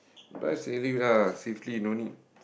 drive safely lah safety no need